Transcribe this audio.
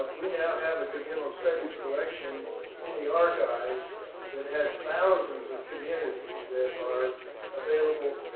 we now have a communal studies collection in the archives that has thousands of communities that are available